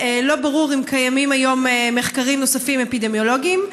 לא ברור אם קיימים היום מחקרים אפידמיולוגיים נוספים,